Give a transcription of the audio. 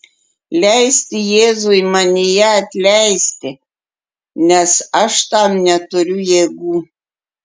leisti jėzui manyje atleisti nes aš tam neturiu jėgų